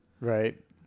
right